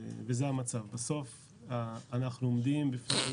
וזה המצב, בסוף אנחנו עומדים בפני